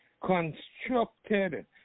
constructed